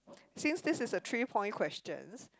since this is a three point questions